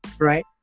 right